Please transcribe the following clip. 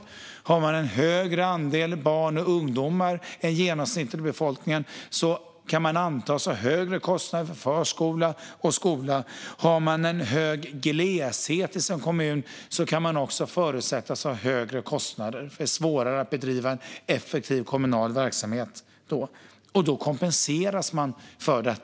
Om man har en högre andel barn och ungdomar än genomsnittet i befolkningen kan man antas ha högre kostnader för förskola och skola. Om man har stor gleshet i sin kommun kan man förutsättas ha högre kostnader. Det är svårare att bedriva en effektiv kommunal verksamhet då. Därför kompenseras man för det.